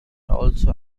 also